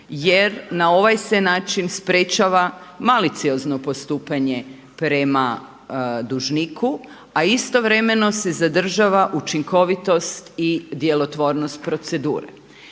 Jer na ovaj se način sprečava maliciozno postupanje prema dužniku, a istovremeno se zadržava učinkovitost i djelotvornost procedure.